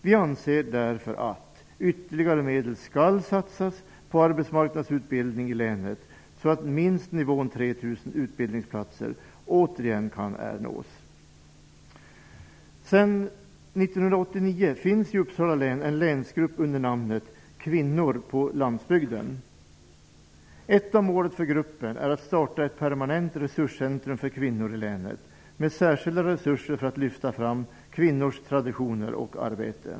Vi anser därför att ytterligare medel skall satsas på arbetsmarknadsutbildning i länet så att åtminstone nivån 3 000 utbildningsplatser återigen kan ernås. Sedan 1989 finns det i Uppsala län en länsgrupp under namnet ''Kvinnor på landsbygden''. Ett av målen för gruppen är att starta ett permanent resurscentrum för kvinnor i länet med särskilda resurser för att lyfta fram kvinnors traditioner och arbete.